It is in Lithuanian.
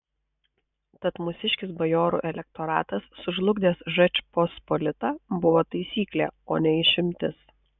tad mūsiškis bajorų elektoratas sužlugdęs žečpospolitą buvo taisyklė o ne išimtis